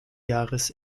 jahres